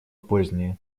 позднее